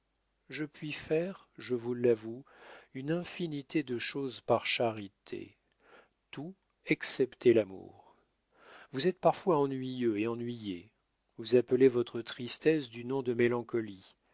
je puis faire je vous l'avoue une infinité de choses par charité tout excepté l'amour vous êtes parfois ennuyeux et ennuyé vous appelez votre tristesse du nom de mélancolie